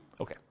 Okay